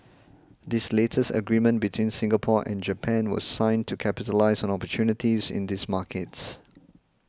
this latest agreement between Singapore and Japan was signed to capitalise on opportunities in these markets